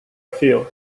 feel